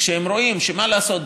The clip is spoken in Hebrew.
כשהם רואים שמה לעשות,